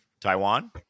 Taiwan